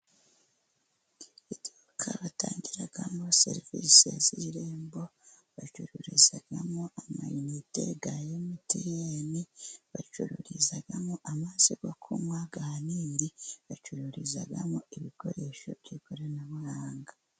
Iduka batangiramo serivisi z'irembo, bacururizamo amayinite ya MTN, bacururizamo amazi yo kunywa ya Nili, bacururizamo ibikoresho by'ikoranabuhanga.